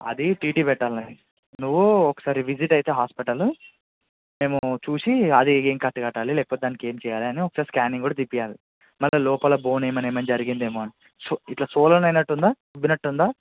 అది టీటీ పెట్టాలి నువ్వు ఒకసారి విజిట్ అయితే హాస్పిటల్ మేము చూసి అది ఏమి కట్టు కట్టాలి లేకపోతే దానికి ఏమి చేయాలి అని ఒకసారి స్కానింగ్ కూడా తీపించాలి మల్ల లోపల బోన్ ఏమి ఏమన్న జరిగిందేమో అని ఇట్ల సోలన్ అయినట్టు ఉందా ఉబ్బినట్టు ఉందా